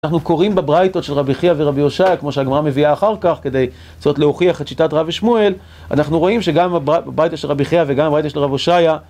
אנחנו קוראים בברייתות של רבי חייא ורבי הושעיה, כמו שהגמרא מביאה אחר כך כדי לצאת להוכיח את שיטת רב ושמואל, אנחנו רואים שגם ב..ברייתא של רבי חייא וגם בברייתא של רבי הושעיה